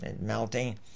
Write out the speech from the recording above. melting